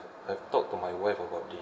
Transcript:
I've talk to my wife about this